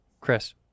Chris